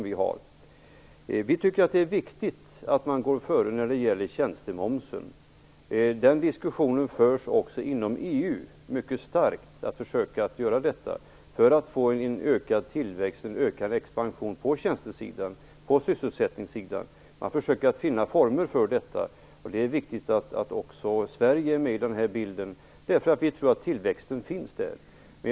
Vi tycker att det är viktigt att man går före när det gäller tjänstemomsen. Det förs också inom EU en mycket livlig diskussion om detta för att få en ökad tillväxt och expansion på tjänste och sysselsättningssidan. Man försöker finna former för detta. Vi menar att det är viktigt att också Sverige är med i detta sammanhang, eftersom vi tror att tillväxten kan komma där.